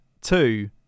two